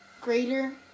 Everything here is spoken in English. Greater